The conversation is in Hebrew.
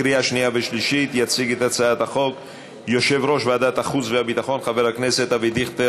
מאת חברי הכנסת ניסן